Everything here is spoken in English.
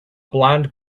blond